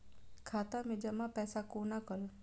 खाता मैं जमा पैसा कोना कल